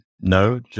no